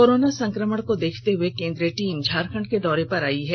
corona संक्रमण को देखते हुए केन्द्रीय टीम झारखंड के दौरे पर आयी है